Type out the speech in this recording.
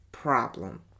Problem